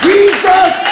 Jesus